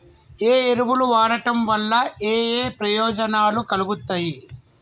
ఏ ఎరువులు వాడటం వల్ల ఏయే ప్రయోజనాలు కలుగుతయి?